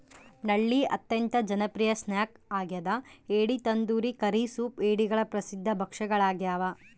ನಳ್ಳಿ ಅತ್ಯಂತ ಜನಪ್ರಿಯ ಸ್ನ್ಯಾಕ್ ಆಗ್ಯದ ಏಡಿ ತಂದೂರಿ ಕರಿ ಸೂಪ್ ಏಡಿಗಳ ಪ್ರಸಿದ್ಧ ಭಕ್ಷ್ಯಗಳಾಗ್ಯವ